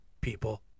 people